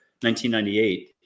1998